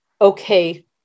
okay